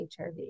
HRV